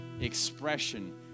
expression